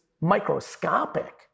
microscopic